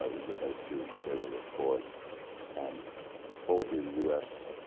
ah we just had a student give a report on what would be the u s.